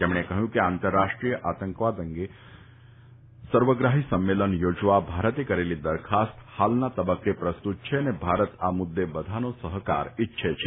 તેમણે કહ્યું કે આંતરરાષ્ટ્રીય આતંકવાદ અંગે સર્વગ્રાહી સંમેલન યોજવા ભારતે કરેલી દરખાસ્ત હાલના તબક્કે પ્રસ્તૂત છે અને ભારત આ મુદ્દે બધાનો સહકાર ઇચ્છે છે